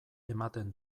ematen